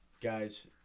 guys –